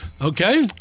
Okay